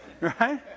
Right